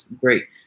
Great